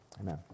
Amen